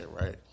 right